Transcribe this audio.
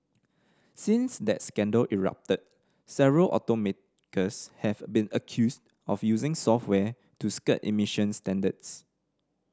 since that scandal erupted several automakers have been accused of using software to skirt emissions standards